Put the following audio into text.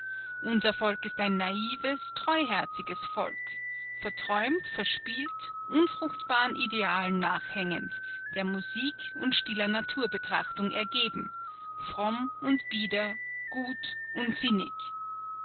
unser volk ist ein naives treuherziges volk verträumt verspielt unfruchtbaren idealen nachhängend der musik und stiller naturbetrachtung ergeben fromm und bieder gut und